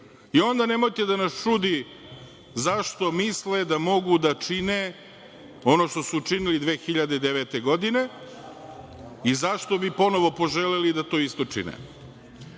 Onda nemojte da nas čudi zašto misle da mogu da čine ono što su činili 2009. godine i zašto bi ponovo poželeli da to isto